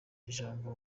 ijambo